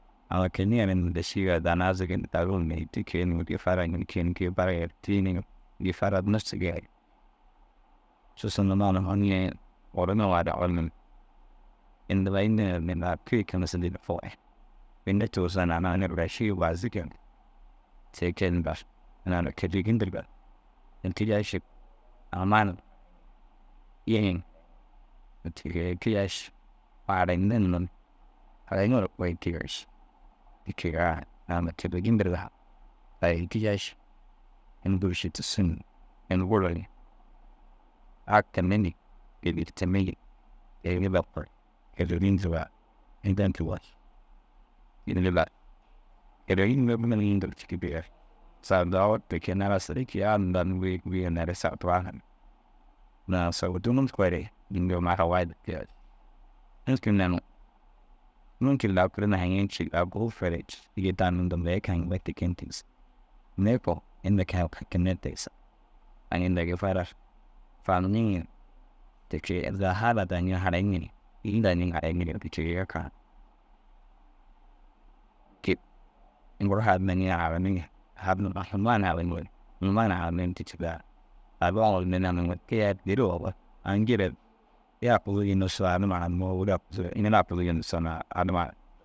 Dou owon jillar gonu yerii înni yoo na tar ma ye fari ma ye ginna. Nire ŋirennoo lakin ini a soo ñenaa te raa inda gon yer. Lugaa soo ñenaa dazagaa mire dau muyere nire zaga finiŋa, nire berke amma kura nire kaa tar kuuruŋo ke- i amma ta mura zaga fi šeriŋa ye ta ginna muhim ni ini buru muhim ni lugaa mire ini lijayi ši ni. Lau ndum hinno haki tufarima mire na kiyai hinnaa munumee. Luga num koore muhim ni buru muhim dêri muhim ši. Ti kegaa Mura amma dazagaraa dazagaa mire dakir dazagaa mire duro ina faamburugire jillan dau mukurugire jillan yala ndiraa na berke dazaga fi šetirigire yikii ni. Te- i jillan dazaga mire ini buru dêri ši. Inda Allai dazagare ñigisoo te buru gali. Niima buru dii ginna dîri te kee